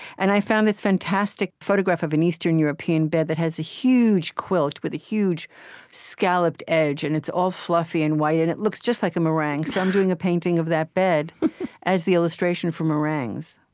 and i found this fantastic photograph of an eastern european bed that has a huge quilt with a huge scalloped edge, and it's all fluffy and white, and it looks just like a meringue. so i'm doing a painting of that bed as the illustration for meringues.